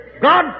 God